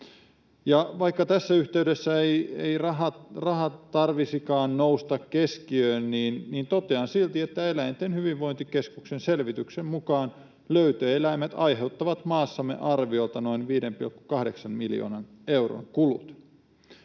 vaikka tässä yhteydessä ei rahan tarvitsisikaan nousta keskiöön, niin totean silti, että Eläinten hyvinvointikeskuksen selvityksen mukaan löytöeläimet aiheuttavat maassamme arviolta noin 5,8 miljoonan euron kulut